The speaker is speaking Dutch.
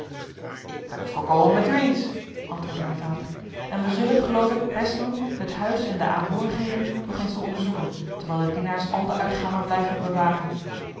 ik ben het volkomen met u eens antwoordde mijn vader en wij zullen geloof ik best doen het huis en de aanhoorigheden nog eens te onderzoeken terwijl de dienaars al de uitgangen blijven bewaken